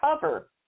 cover